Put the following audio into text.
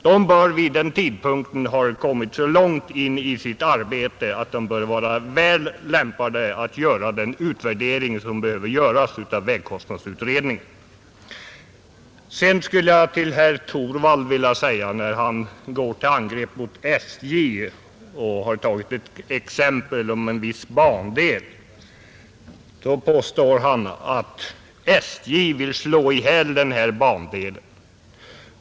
Den bör ha kommit så långt i sitt arbete att den är väl lämpad att göra den utvärdering av vägkostnadsutredningens resultat som då behövs. Herr Torwald gick till angrepp mot SJ och tog exempel från en viss bandel; han påstod att SJ vill slå ihjäl den bandelen.